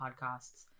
podcasts